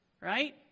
right